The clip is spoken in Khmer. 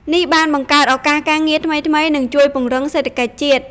នេះបានបង្កើតឱកាសការងារថ្មីៗ និងជួយពង្រឹងសេដ្ឋកិច្ចជាតិ។